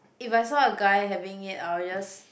if I saw a guy having it I will just